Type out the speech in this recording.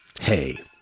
Hey